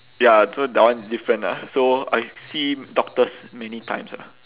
ya so that one different lah so I see doctors many times ah